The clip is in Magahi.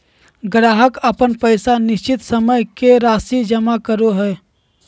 ग्राहक अपन पैसा निश्चित समय के राशि जमा करो हइ